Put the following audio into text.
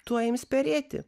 tuoj ims perėti